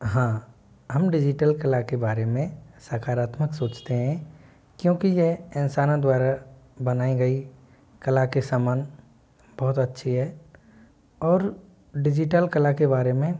हाँ हम डिजीटल कला के बारे में सकारात्मक सोचते हैं क्योंकि यह इंसानों द्वारा बनाई गई कला के समान बहुत अच्छी है और डिजीटल कला के बारे में